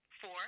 four